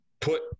put